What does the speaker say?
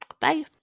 Bye